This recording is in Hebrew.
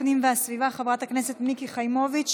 הפנים והגנת הסביבה חברת הכנסת מיקי חיימוביץ'